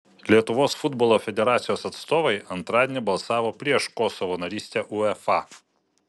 lietuvos futbolo federacijos atstovai antradienį balsavo prieš kosovo narystę uefa